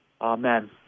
Amen